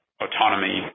autonomy